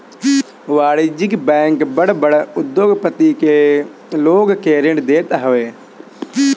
वाणिज्यिक बैंक बड़ बड़ उद्योगपति लोग के ऋण देत हवे